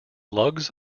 lugs